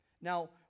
Now